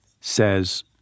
says